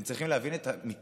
אתם צריכים להבין את המקרים,